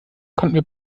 konnten